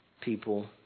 people